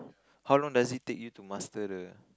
how long does it take you to master the